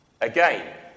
Again